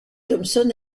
thompson